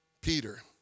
Peter